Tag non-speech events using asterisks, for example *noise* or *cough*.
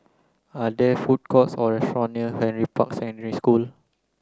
are there food courts or restaurant near Henry Park *unintelligible* School